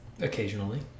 occasionally